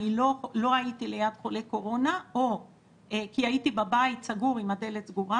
אני לא הייתי ליד חולה קורונה כי הייתי בבית סגור עם הדלת סגורה,